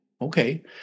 Okay